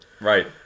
Right